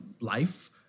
life